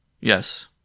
Yes